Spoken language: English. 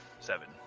Seven